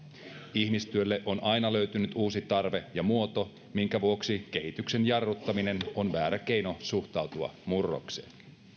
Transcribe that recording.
ihmistyölle on aina löytynyt uusi tarve ja muoto minkä vuoksi kehityksen jarruttaminen on väärä keino suhtautua murrokseen